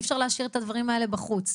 אי אפשר להשאיר את הדברים האלה בחוץ.